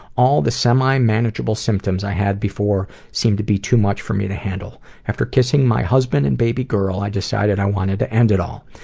all the semi-manageable symptoms i had before seemed to be too much for me to handle. after kissing my husband and baby girl, i decided to i wanted to end it all.